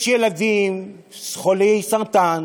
יש ילדים חולי סרטן